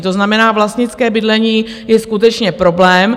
To znamená, vlastnické bydlení je skutečně problém.